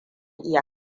iya